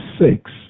six